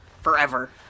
Forever